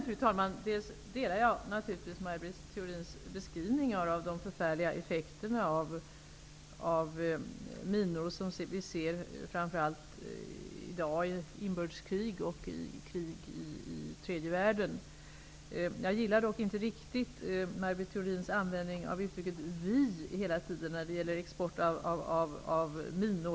Fru talman! Jag delar naturligtvis Maj Britt Theorins beskrivningar av de förfärliga effekterna av de minor som används framför allt i inbördeskrig och i krig i tredje världen. Jag gillar dock inte riktigt Maj Britt Theorins användning av uttrycket ''vi'' när det gäller export av minor.